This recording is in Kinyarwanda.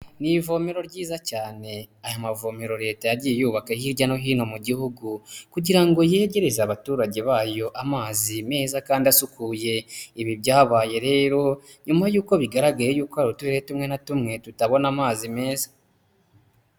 Ni ivomero ryiza cyane ayo mavomero leta yagiye yubaka hirya no hino mu gihugu, kugira ngo yegereze abaturage bayo amazi meza kandi asukuye. Ibi byabaye rero nyuma y'uko bigaragaye yuko hari uturere tumwe na tumwe tutabona amazi meza.